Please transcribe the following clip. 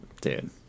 Dude